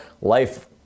Life